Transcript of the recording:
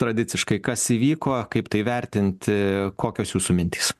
tradiciškai kas įvyko kaip tai vertinti kokios jūsų mintys